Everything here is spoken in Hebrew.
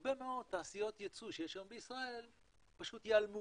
והרבה מאוד תעשיות יצוא שיש היום בישראל פשוט ייעלמו